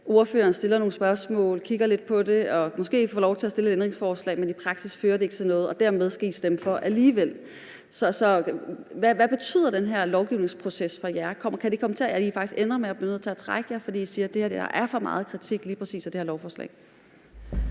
ordføreren stiller nogle spørgsmål, kigger lidt på det og måske får lov til at stille et ændringsforslag, som i praksis ikke fører til noget, og dermed skal I stemme for alligevel. Så hvad betyder den her lovgivningsproces for jer? Kan det komme til at ende med, at I faktisk bliver nødt til at trække jer, fordi I siger, at der er for meget kritik af lige præcis det her lovforslag?